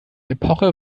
epoche